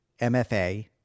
MFA